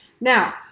Now